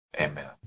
Amen